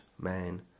man